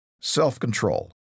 self-control